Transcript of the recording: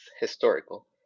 historical